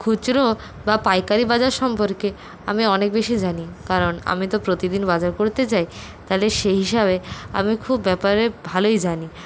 খুচরো বা পাইকারি বাজার সম্পর্কে আমি অনেক বেশি জানি কারণ আমি তো প্রতিদিন বাজার করতে যাই তাহলে সেই হিসাবে আমি খুব ব্যাপারে ভালোই জানি